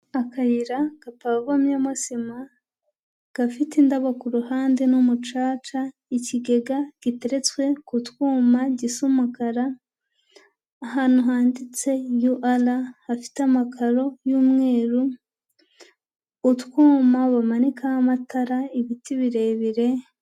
Akayira gapavonyemyemo sima, gafite indabo ku ruhande n'umucaca, ikigega giteretswe ku twuma gisa umakara, ahantu handitse UR hafite amakaro y'umweru, utwuma bumanikaho amatara, ibiti birebire.